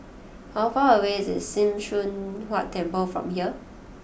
how far away is Sim Choon Huat Temple from here